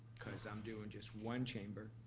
cause i'm doing just one chamber,